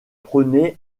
prenait